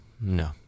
no